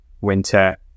winter